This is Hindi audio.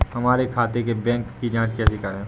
हमारे खाते के बैंक की जाँच कैसे करें?